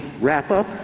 wrap-up